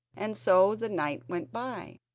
and so the night went by.